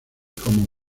como